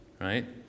right